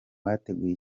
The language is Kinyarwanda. bateguye